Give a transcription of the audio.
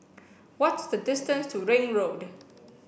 what is the distance to Ring Road